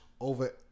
over